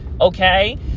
okay